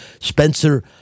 Spencer